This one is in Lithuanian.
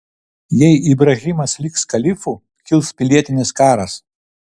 jei ibrahimas liks kalifu kils pilietinis karas